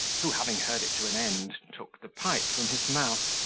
who, having heard it to an end, took the pipe from his mouth,